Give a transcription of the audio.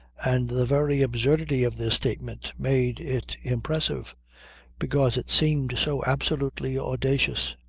and the very absurdity of the statement made it impressive because it seemed so absolutely audacious.